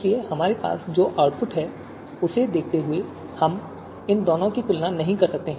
इसलिए हमारे पास जो आउटपुट है उसे देखते हुए हम इन दोनों की तुलना नहीं कर सकते